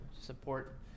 support